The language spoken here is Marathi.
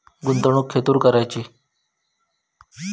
गुंतवणुक खेतुर करूची?